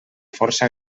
força